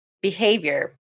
behavior